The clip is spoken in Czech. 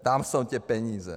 Tam jsou ty peníze.